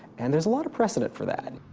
and there's a lot of precedent for that.